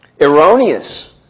erroneous